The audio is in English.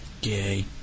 Gay